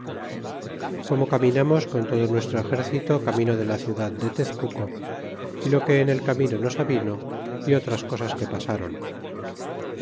como caminamos con todo nuestro exer cito camino de la ciudad de terence y lo que en el camino nos avino y otras cosas que pasáron